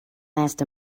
last